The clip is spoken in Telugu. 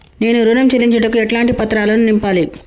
నేను ఋణం చెల్లించుటకు ఎలాంటి పత్రాలను నింపాలి?